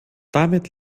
damit